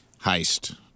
heist